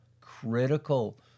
critical